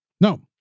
no